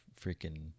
freaking